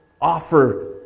offer